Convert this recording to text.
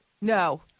No